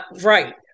right